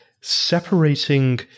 separating